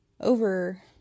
over